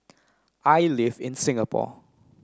I live in Singapore